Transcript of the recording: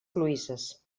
cloïsses